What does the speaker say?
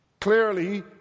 Clearly